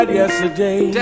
yesterday